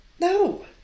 No